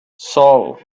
saul